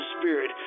spirit